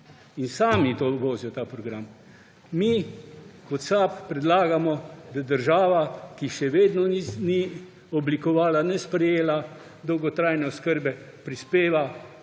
In sami vozijo ta program. Mi, kot SAB predlagamo, da država, ki še vedno ni oblikovala ne sprejela dolgotrajne oskrbe, prispeva